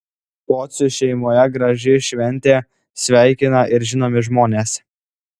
pocių šeimoje graži šventė sveikina ir žinomi žmonės